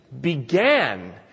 began